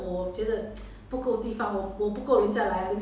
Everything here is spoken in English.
你现在不是在玩种 farm 的